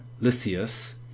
Lysias